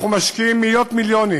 אנחנו משקיעים מאות מיליונים